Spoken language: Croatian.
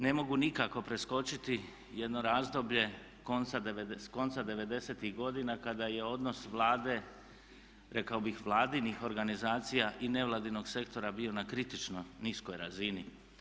Ne mogu nikako preskočiti jedno razdoblje s konca '90-ih godina kada je odnos Vlade rekao bih vladinih organizacija i nevladinog sektora bio na kritično niskoj razini.